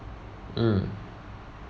mm